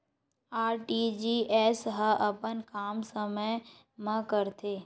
RTGS ह अपन काम समय मा करथे?